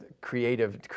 creative